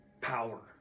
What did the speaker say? power